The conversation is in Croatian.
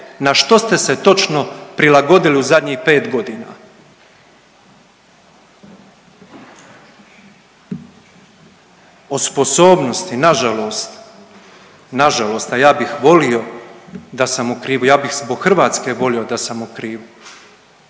na što se točno prilagodili u zadnjih 5 godina? O sposobnosti, nažalost, nažalost, ja bih volio da sam u krivu, ja bih zbog Hrvatske volio da sam u krivu,